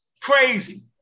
crazy